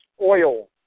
oil